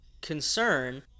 concern